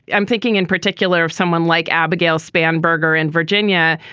i'm thinking in particular of someone like abigail span berger and virginia.